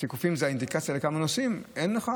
שהם האינדיקציה כמה נוסעים היו,